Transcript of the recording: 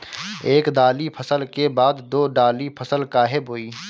एक दाली फसल के बाद दो डाली फसल काहे बोई?